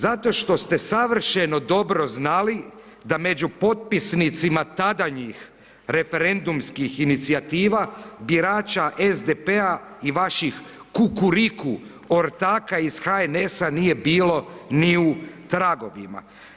Zato što ste savršeno dobro znali da među potpisnicima tadanjih referendumskih inicijativa birača SDP-a i vaših kukuriku ortaka iz HNS-a nije bilo ni u tragovima.